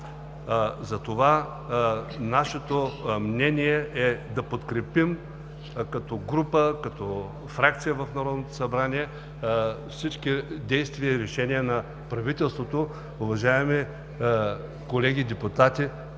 Затова нашето мнение е да подкрепим като група, като фракция в Народното събрание всички действия, решения на правителството. Уважаеми колеги депутати,